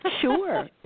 Sure